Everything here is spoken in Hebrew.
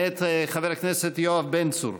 מאת חבר הכנסת יואב בן צור.